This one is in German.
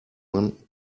man